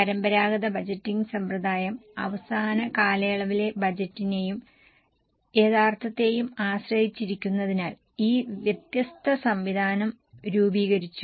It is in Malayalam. പരമ്പരാഗത ബജറ്റിംഗ് സമ്പ്രദായം അവസാന കാലയളവിലെ ബജറ്റിനെയും യഥാർത്ഥത്തെയും ആശ്രയിച്ചിരിക്കുന്നതിനാൽ ഈ വ്യത്യസ്ത സംവിധാനം രൂപീകരിച്ചു